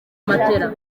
matola